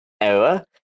error